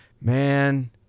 man